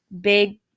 big